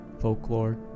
folklore